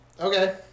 Okay